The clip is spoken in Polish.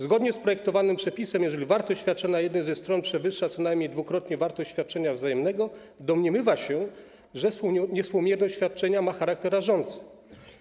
Zgodnie z projektowanym przepisem, jeżeli wartość świadczenia jednej ze stron przewyższa co najmniej dwukrotnie wartość świadczenia wzajemnego, domniemywa się, że niewspółmierność świadczenia ma charakter rażący.